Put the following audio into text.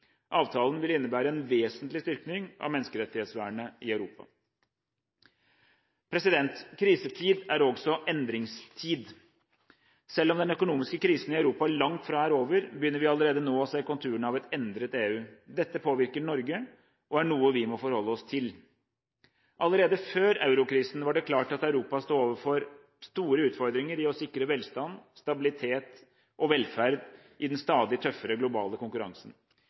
Avtalen vil innebære en vesentlig styrking av menneskerettighetsvernet i Europa. Krisetid er også endringstid. Selv om den økonomiske krisen i Europa langt fra er over, begynner vi allerede nå å se konturene av et endret EU. Dette påvirker Norge og er noe vi må forholde oss til. Allerede før eurokrisen var det klart at Europa sto overfor store utfordringer med å sikre velstand, stabilitet og velferd i den stadig tøffere globale konkurransen.